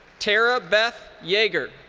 terra beth yaeger.